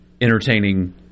entertaining